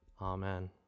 Amen